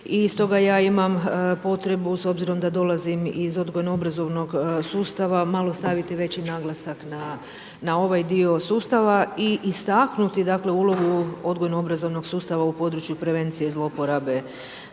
i stoga ja imam potrebu s obzirom da dolazim iz odgojno-obrazovnog sustava, malo staviti veći naglasak na ovaj dio sustava i istaknuti dakle ulogu odgojno-obrazovnog sustava u području prevencije zloporabe